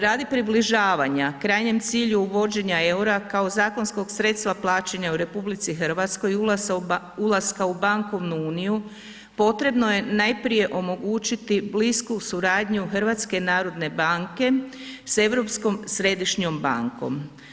Radi približavanja krajnjem cilju uvođenja EUR-a kao zakonskog sredstva plaćanja u RH i ulaska u bankovnu uniju potrebno je najprije omogućiti blisku suradnju HNB-a s Europskom središnjom bankom.